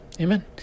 Amen